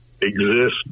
exist